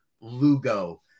Lugo